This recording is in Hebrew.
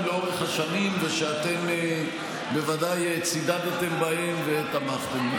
לאורך השנים ושאתם בוודאי צידדתם בהם ותמכם.